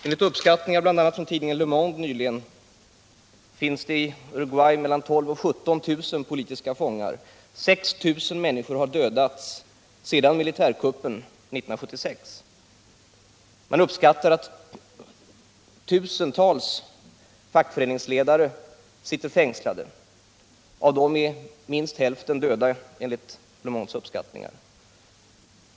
Enligt uppskattningar i tidningen Le Monde nyligen finns det i Argentina mellan 12 000 och 17 000 politiska fångar. 6 000 människor har dödats efter militärkuppen 1976. Man räknar med att tusentals fackföreningsledare sitter fängslade. Minst hälften av fackföreningsledarna har enligt Le Mondes uppskattning dödats.